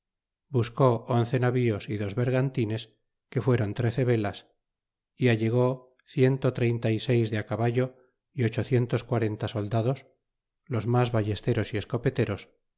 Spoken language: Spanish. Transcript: buscó once navíos y'dos bergantines que fuéron trece ve as y allegó ciento y treinta y seis de caballo y ochocientos y quarenta soldados los mas ballesteros y escopeteros